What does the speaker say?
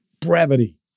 Brevity